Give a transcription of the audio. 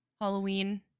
Halloween